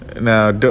now